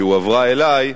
שהועברה אלי,